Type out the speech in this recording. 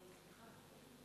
בעד, 6, נגד, נמנעים, אין.